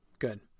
Good